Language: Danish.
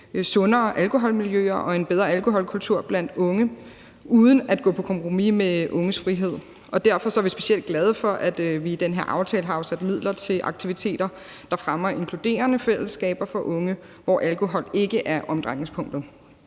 sundere alkoholmiljøer og en bedre alkoholkultur blandt unge uden at gå på kompromis med unges frihed. Derfor er vi specielt glade for, at vi i den her aftale har afsat midler til aktiviteter, der fremmer inkluderende fællesskaber for unge, hvor alkohol ikke er omdrejningspunktet.